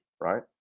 right